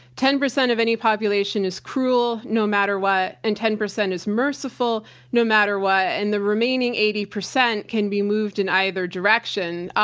ten percent of any population is cruel no matter what. and ten percent is merciful no matter what. and the remaining eighty percent can be moved in either direction,